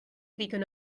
ddigon